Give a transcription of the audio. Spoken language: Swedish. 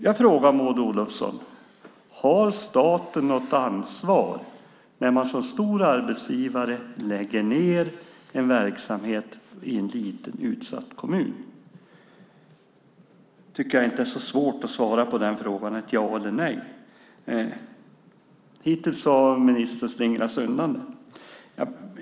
Jag frågar Maud Olofsson: Har staten något ansvar när man som stor arbetsgivare lägger ned en verksamhet i en liten utsatt kommun? Jag tycker inte att det är så svårt att svara med ett ja eller ett nej på den frågan. Hittills har ministern slingrat sig undan det.